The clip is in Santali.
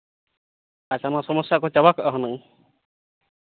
ᱟᱪᱪᱷᱟ ᱱᱚᱣᱟ ᱥᱚᱢᱚᱥᱥᱟ ᱠᱚ ᱪᱟᱵᱟ ᱠᱚ ᱦᱩᱱᱟᱹᱝ